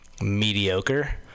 mediocre